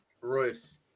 Royce